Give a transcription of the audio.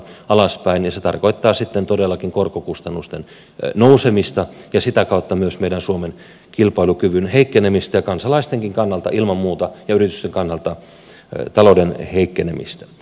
se tarkoittaa sitten todellakin korkokustannusten nousemista ja sitä kautta myös meidän suomen kilpailukyvyn heikkenemistä ja ilman muuta kansalaistenkin kannalta ja yritysten kannalta talouden heikkenemistä